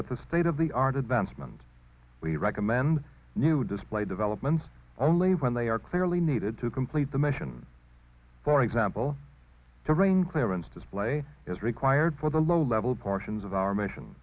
with the state of the our advancements we recommend new display developments only when they are clearly needed to complete the mission for example to bring clearance display is required for the low level portions of our mission